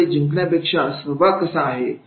खेळामध्ये जिंकण्यापेक्षा सहभाग कसा आहे